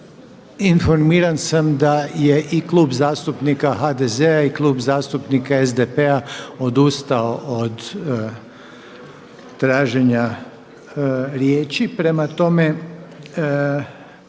Informiran sam da je i Klub zastupnika HDZ-a i Klub zastupnika SDP-a odustao od traženja riječi. Prema tome,